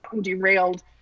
derailed